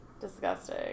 Disgusting